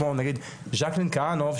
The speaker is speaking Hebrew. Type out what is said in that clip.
כמו נגיד ג'קלין כהנוב,